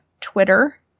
Twitter